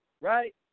Right